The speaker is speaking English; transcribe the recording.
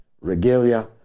regalia